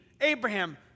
Abraham